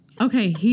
Okay